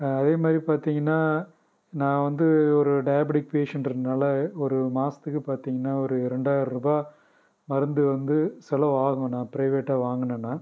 அதேமாதிரி பார்த்திங்கன்னா நான் வந்து ஒரு டயாபடிக் பேஷண்ட்ன்றதனால ஒரு மாதத்துக்கு பார்த்திங்கன்னா ஒரு ரெண்டாயிரம் ரூபா மருந்து வந்து செலவாகும் நான் பிரைவேட்டாக வாங்குனேன்னா